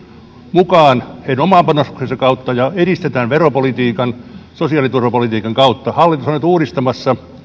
mukaan heidän oman panostuksensa kautta ja edistetään veropolitiikan sosiaaliturvapolitiikan kautta hallitus on nyt uudistamassa